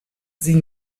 sie